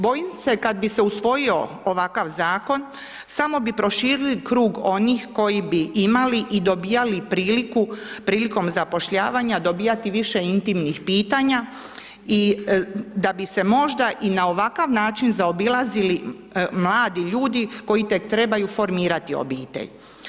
Bojim se kad bi se usvojio ovakav zakon, samo bi proširili krug onih koji bi imali i dobijali priliku, prilikom zapošljavanja dobivati više intimnih pitanja i, da bi se možda i na ovakav način zaobilazili mladi ljudi koji tek trebaju formirati obitelj.